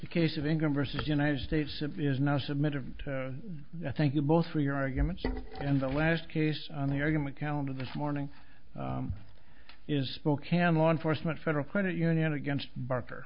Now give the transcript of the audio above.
e case of income versus united states is now submitted and i thank you both for your arguments and the last case on the argument calendar this morning is spoken law enforcement federal credit union against barker